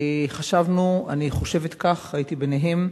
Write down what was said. חשבנו, אני חושבת כך, הייתי ביניהם,